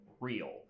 real